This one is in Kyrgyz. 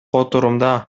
отурумда